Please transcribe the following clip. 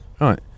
Right